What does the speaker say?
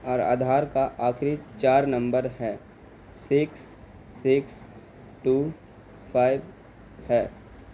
اور آدھار کا آخری چار نمبر ہے سکس سکس ٹو فائیو ہے